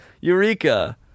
Eureka